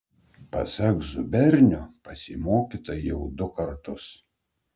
pasak zubernio pasimokyta jau du kartus